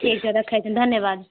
ठीक छै रखै छियौं धन्यवाद